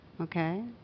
Okay